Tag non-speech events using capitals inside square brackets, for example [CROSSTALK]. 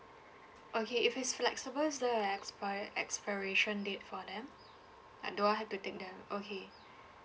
okay if it's flexible is there an expired expiration date for them uh do I have to take them okay [BREATH]